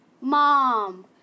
Mom